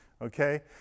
okay